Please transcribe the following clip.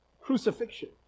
crucifixion